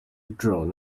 drone